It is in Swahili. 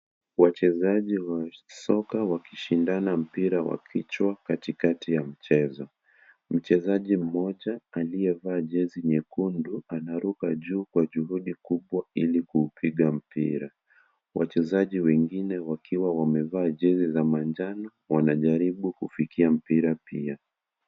Wachezaji wa soka wakishindana mpira wa kichwa kati kati ya mchezo. Mchezaji mmoja, aliyevaa jezi nyekundu, anaruka juu kwa juhudi kubwa ili kuupiga mpira. Wachezaji wengine wakiwa wamevaa jezi za manjano wanajaribu kufikia mpira pia.